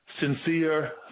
Sincere